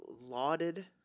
lauded